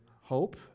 hope